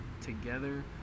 together